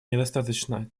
недостаточно